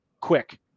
quick